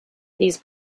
these